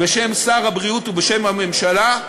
בשם שר הבריאות ובשם הממשלה,